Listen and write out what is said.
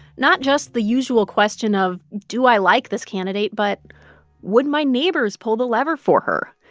not just the usual question of, do i like this candidate? but would my neighbors pull the lever for her?